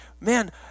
man